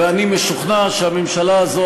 ואני משוכנע שהממשלה הזאת,